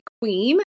queen